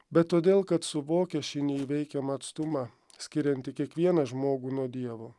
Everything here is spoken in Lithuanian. bet todėl kad suvokia šį neįveikiamą atstumą skiriantį kiekvieną žmogų nuo dievo